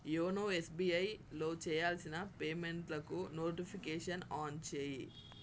YONO ఎస్బీఐలో చేయాల్సిన పేమెంట్లకు నోటిఫికేషన్ ఆన్ చేయి